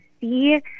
see